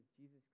Jesus